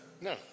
No